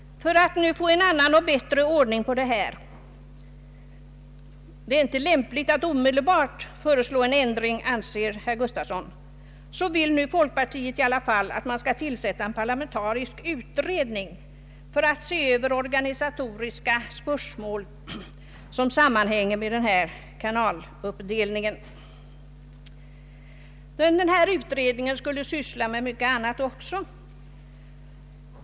För att nu få en annan och bättre ordning på detta — det är inte lämpligt att omedelbart föreslå ändring, anser reservanterna — vill folkpartiet att man skall tillsätta en parlamentarisk utredning med uppgift att se över Orga nisatoriska spörsmål som sammanhänger med kanaluppdelningen. Denna utredning skulle syssla med mycket annat också.